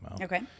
Okay